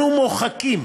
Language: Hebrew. אנחנו מוחקים